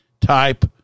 type